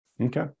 Okay